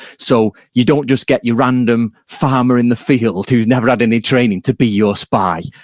so you don't just get your random farmer in the field who's never had any training to be your spy.